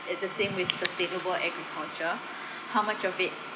it's the same with sustainable agriculture how much of it